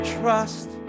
Trust